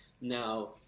now